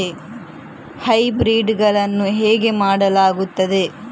Hybrid ಗಳನ್ನು ಹೇಗೆ ಮಾಡಲಾಗುತ್ತದೆ?